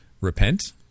Repent